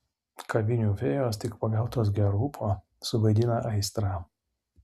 kavinių fėjos tik pagautos gero ūpo suvaidina aistrą